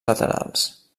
laterals